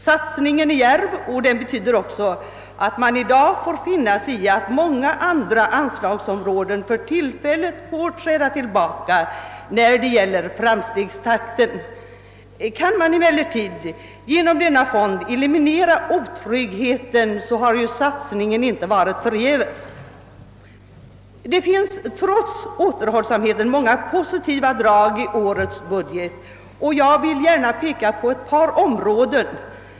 Satsningen är djärv, och den betyder också att man i dag får finna sig i att många andra anslagsområden för tillfället får träda tillbaka vad beträffar framstegstakten. Kan man emellertid genom denna fond eliminera otryggheten, så har satsningen inte varit förgäves. Det finns trots återhållsamheten många positiva drag i årets budget, och jag vill peka på ett par områden.